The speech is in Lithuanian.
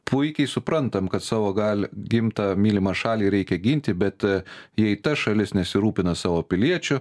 puikiai suprantam kad savo gali gimtą mylimą šalį reikia ginti bet jei ta šalis nesirūpina savo piliečiu